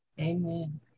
Amen